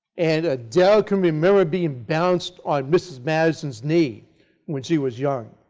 and adele could remember being bounced on mrs. madison's knee when she was young.